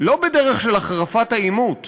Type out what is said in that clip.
לא בדרך של החרפת העימות